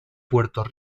puerto